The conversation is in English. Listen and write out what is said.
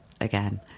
again